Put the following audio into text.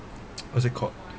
what's it called